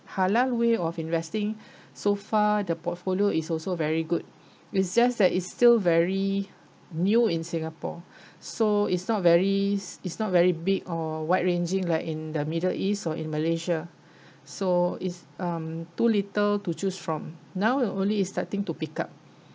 halal way of investing so far the portfolio is also very good it's just that it's still very new in singapore so it's not very s~ it's not very big or wide ranging like in the middle east or in malaysia so it's um too little to choose from now we're only starting to pick up